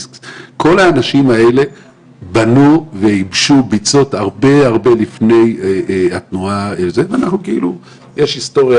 כל האנשים האלה בנו ויבשו ביצות הרבה לפני התנועה הציונית ויש היסטוריה